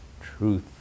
Truth